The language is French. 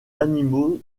animaux